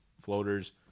floaters